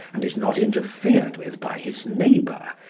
and is not interfered with by his neighbour,